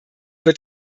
wird